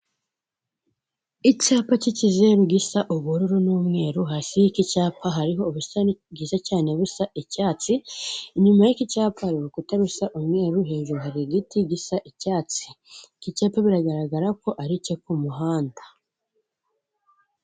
Icyapa cy'ikizeru gisa ubururu n'umweru hasi y'iki cyapa hariho ubusitani bwiza cyane busa icyatsi, inyuma y'ik icyapa hari urukuta rusa umweru, hejuru hari igiti gisa icyatsi, iki cyapa biragaragarako ari icyo ku muhanda.